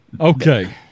Okay